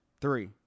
Three